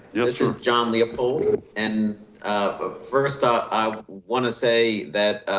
yeah this john leopold. and ah first off, i want to say that